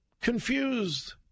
confused